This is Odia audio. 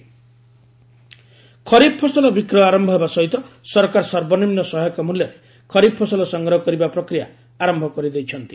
ଖରିଫ୍ ପ୍ରୋକ୍ୟୋରମେଣ୍ଟ ଖରିଫ୍ ଫସଲ ବିକ୍ୟ ଆରମ୍ଭ ହେବା ସହିତ ସରକାର ସର୍ବନିମ୍ବ ସହାୟକ ମ୍ବଲ୍ୟରେ ଖରିଫ୍ ଫସଲ ସଂଗ୍ରହ କରିବା ପ୍ରକ୍ରିୟା ଆରମ୍ଭ କରିଦେଇଛନ୍ତି